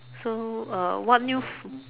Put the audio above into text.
so uh what new food